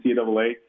NCAA